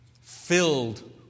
filled